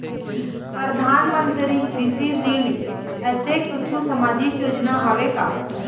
परधानमंतरी कृषि ऋण ऐसे कुछू सामाजिक योजना हावे का?